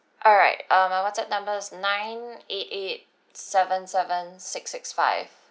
alright uh my WhatsApp number's nine eight eight seven seven six six five